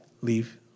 leave